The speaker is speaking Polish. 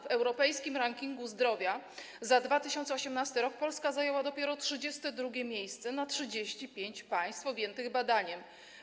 W europejskim rankingu zdrowia za 2018 r. Polska zajęła dopiero 32. miejsce na 35 państw objętych badaniem.